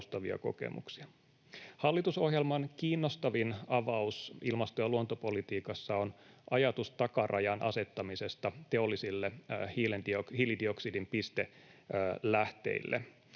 Hallitusohjelman kiinnostavin avaus ilmasto- ja luontopolitiikassa on ajatus takarajan asettamisesta teollisille hiilidioksidin pistelähteille.